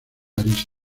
arista